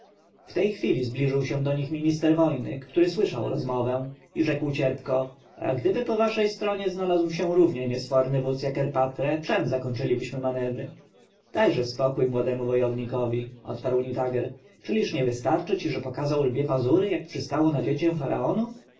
w tej chwili zbliżył się do nich minister wojny który słyszał rozmowę i rzekł cierpko a gdyby po waszej stronie znalazł się równie niesforny wódz jak erpatre czem zakończylibyśmy manewry dajże spokój młodemu wojownikowi odparł nitager czyliż nie wystarcza ci że pokazał lwie pazury jak przystało na dziecię faraonów